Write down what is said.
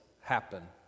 happen